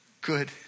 good